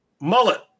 Mullet